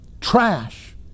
trash